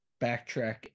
backtrack